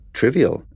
trivial